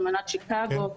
אמנת שיקגו.